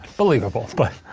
believable but.